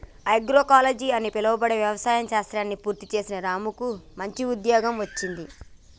agroecology అని పిలువబడే వ్యవసాయ శాస్త్రాన్ని పూర్తి చేసిన రాముకు మంచి ఉద్యోగం వచ్చింది